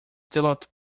developed